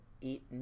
eat